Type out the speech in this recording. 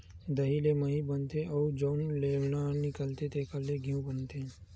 दही ले मही बनथे अउ जउन लेवना निकलथे तेखरे ले घींव बनाथे